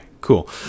cool